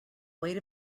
weight